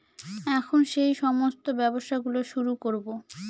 এখন সেই সমস্ত ব্যবসা গুলো শুরু করবো